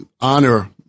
honor